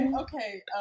Okay